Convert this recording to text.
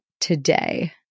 today